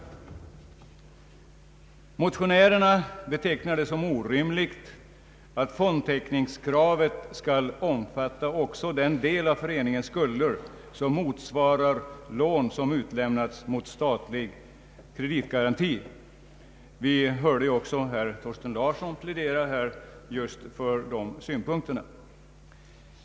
Motionärerna betecknar det som orimligt att fondtäckningskravet skall omfatta också den del av föreningens skulder som motsvarar lån som utlämnas mot statlig kreditgaranti. Herr Thorsten Larsson pläderade också för just de synpunkterna.